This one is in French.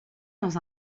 dans